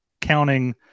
counting